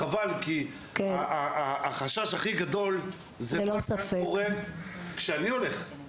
חבל, כי החשש הכי גדול זה מה שקורה כשאני הולך.